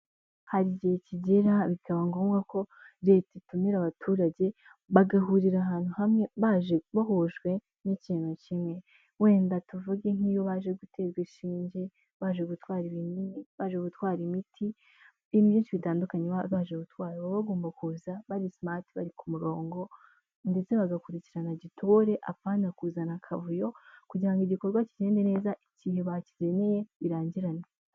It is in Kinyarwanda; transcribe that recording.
Hari igihe kigera bikaba ngombwa ko Leta itumira abaturage bagahurira ahantu hamwe baje bahujwe n'ikintu kimwe. Wenda tuvuge nk'iyo baje guterwa inshinge, baje gutwara ibinini, baje gutwara imiti, ibintu bitandukanye baba baje gutwara. Baba bagomba kuza bari simati, bari ku murongo ndetse bagakurikirana gitore apana kuzana akavuyo kugira ngo igikorwa kigende neza igihe bakigeye birangirane.